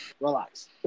relax